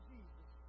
Jesus